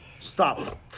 stop